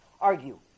argue